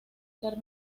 ser